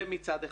זה מצד אחד.